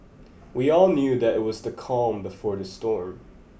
we all knew that it was the calm before the storm